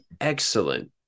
excellent